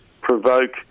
provoke